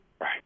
Right